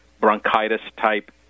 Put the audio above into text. bronchitis-type